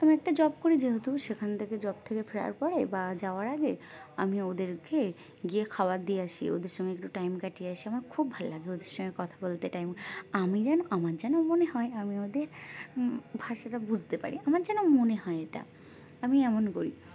আমি একটা জব করি যেহেতু সেখান থেকে জব থেকে ফেরার পরে বা যাওয়ার আগে আমি ওদেরকে গিয়ে খাবার দিয়ে আসি ওদের সঙ্গে একটু টাইম কাটিয়ে আসি আমার খুব ভালো লাগে ওদের সঙ্গে কথা বলতে টাইম আমি যেন আমার যেন মনে হয় আমি ওদের ভাষাটা বুঝতে পারি আমার যেন মনে হয় এটা আমি এমন করি